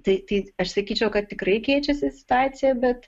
tai tai aš sakyčiau kad tikrai keičiasi situacija bet